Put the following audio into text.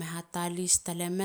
nelila.